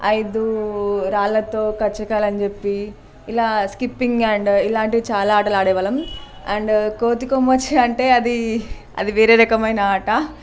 ఐదు రాళ్ళతో కచ్చకాయలు అని చెప్పి ఇలా స్కిప్పింగ్ అండ్ ఇలాంటివి చాలా ఆటలు ఆడే వాళ్ళం అండ్ కోతి కొమ్మచ్చి అంటే అది వేరే రకమైన ఆట